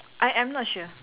I am not sure